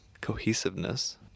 cohesiveness